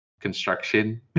construction